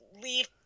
leave